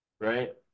right